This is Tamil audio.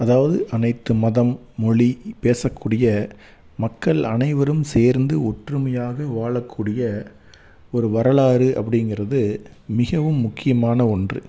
அதாவது அனைத்து மதம் மொழி பேசக்கூடிய மக்கள் அனைவரும் சேர்ந்து ஒற்றுமையாக வாழக்கூடிய ஒரு வரலாறு அப்படிங்கிறது மிகவும் முக்கியமான ஒன்று